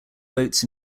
votes